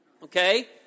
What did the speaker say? Okay